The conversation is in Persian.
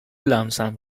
لمسم